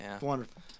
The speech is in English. Wonderful